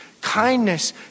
kindness